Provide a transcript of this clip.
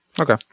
Okay